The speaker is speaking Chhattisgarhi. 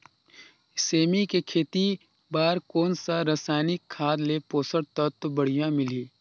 सेमी के खेती बार कोन सा रसायनिक खाद ले पोषक तत्व बढ़िया मिलही?